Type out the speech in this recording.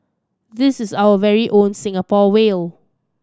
this is our very own Singapore whale